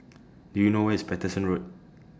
Do YOU know Where IS Paterson Road